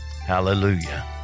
Hallelujah